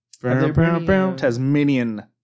Tasmanian